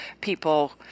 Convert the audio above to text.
people